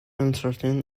uncertain